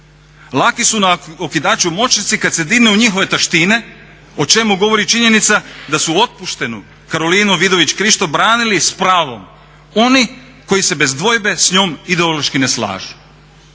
Laki su na okidaču moćnici kad se dirne u njihove taštine o čemu govori činjenica da su otpuštenu Karolinu Vidović Krišto s pravom oni koji se bez dvojbe s njom ideološki ne slažu.